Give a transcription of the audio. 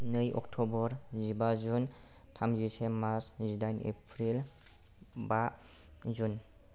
नै अक्ट'बर जिबा जुन थामजिसे मार्च नैजिदाइन एप्रिल बा जुन